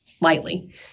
lightly